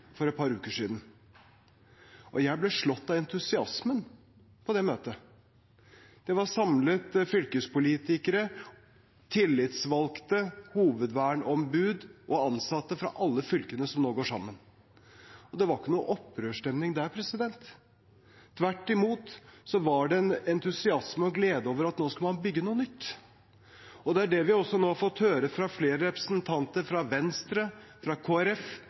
for et par uker siden samlet departementet alle de fylkene som nå skal bygge nye fylker. Jeg ble slått av entusiasmen på det møtet. Det var samlet fylkespolitikere, tillitsvalgte, hovedverneombud og ansatte fra alle fylkene som nå går sammen. Det var ikke noen opprørsstemning der. Tvert imot var det en entusiasme og en glede over at nå skal man bygge noe nytt – og det er det vi nå også har fått høre fra flere representanter fra Venstre,